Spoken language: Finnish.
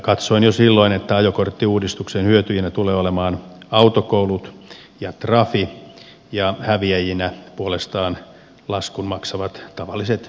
katsoin jo silloin että ajokorttiuudistuksen hyötyjinä tulevat olemaan autokoulut ja trafi ja häviäjinä puolestaan laskun maksavat tavalliset ihmiset